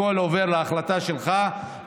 הכול עובר להחלטה שלך,